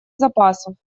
запасов